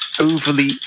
overly